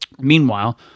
Meanwhile